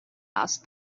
asked